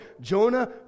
Jonah